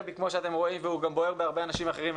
בי כמו שאתם רואים והוא גם בוער בהרבה אנשים אחרים,